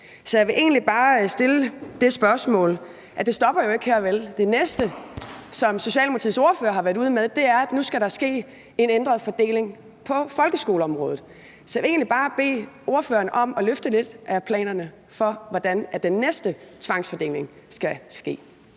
Så jeg vil egentlig bare stille det spørgsmål: Det stopper jo ikke her, vel? Det næste, som Socialdemokratiets ordfører har været ude med, er, at der nu skal ske en ændret fordeling på folkeskoleområdet. Så jeg vil egentlig bare bede ordføreren om at løfte lidt på sløret for planerne om, hvordan den næste tvangsfordeling skal ske.